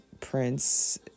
Prince